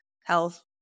health